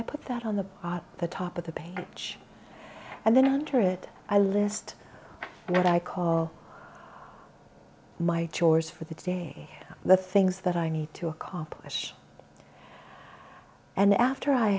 i put that on the at the top of the page and then enter it i list what i call my chores for the day the things that i need to accomplish and after i